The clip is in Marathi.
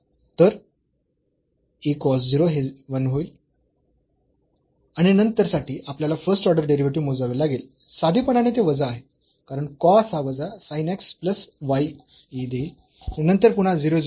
तर a cos 0 हे 1 होईल आणि नंतर साठी आपल्याला फर्स्ट ऑर्डर डेरिव्हेटिव्ह मोजावे लागेल साधेपणाने ते वजा आहे कारण cos हा वजा sin x plus y a देईल आणि नंतर पुन्हा 0 0 ला हे 0 होईल